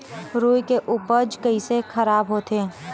रुई के उपज कइसे खराब होथे?